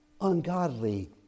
ungodly